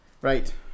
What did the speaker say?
Right